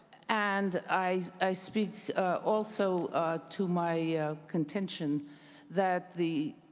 and i i speak also to my contention that the